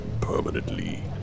permanently